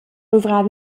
luvrar